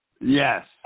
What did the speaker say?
Yes